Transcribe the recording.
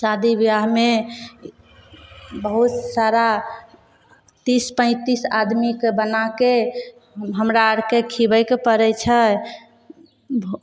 शादी बिआहमे बहुत सारा तीस पैँतिस आदमीके बनाके हमरा आओरके खुआबैके पड़ै छै भऽ